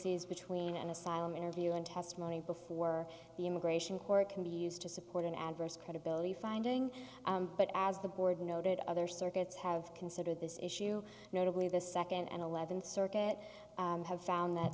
is between an asylum interview and testimony before the immigration court can be used to support an adverse credibility finding but as the board noted other circuits have considered this issue notably the second and eleventh circuit have found that